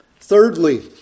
Thirdly